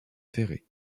ferrées